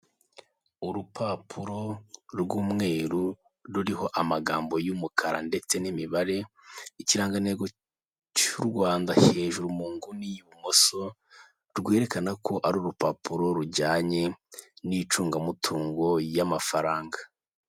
Urupapuro rw'umweru ruriho amagambo y'umukara ndetse n'imibare, ikirangantego cy'u Rwanda hejuru munguni y'ibumoso rwerekana ko ari urupapuro rujyanye n'icungamutungo y'amafaranga.